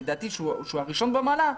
שהוא הראשון במעלה,